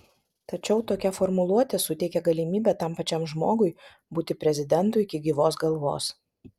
tačiau tokia formuluotė suteikia galimybę tam pačiam žmogui būti prezidentu iki gyvos galvos